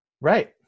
right